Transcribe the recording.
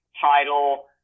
title